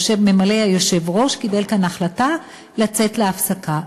ממלא-מקום היושב-ראש קיבל כאן החלטה לצאת להפסקה.